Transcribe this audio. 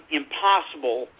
impossible